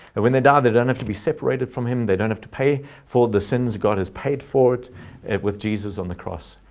and when they die, they don't have to be separated from him. they don't have to pay for the sins god has paid for it it with jesus on the cross.